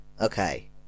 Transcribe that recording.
Okay